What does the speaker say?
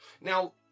now